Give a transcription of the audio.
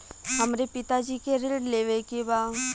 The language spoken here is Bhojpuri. हमरे पिता जी के ऋण लेवे के बा?